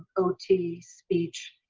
ot, speech,